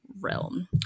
realm